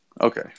Okay